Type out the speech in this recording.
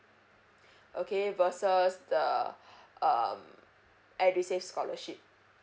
okay versus uh um edusave scholarship